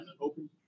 open